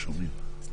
אנחנו